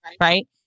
right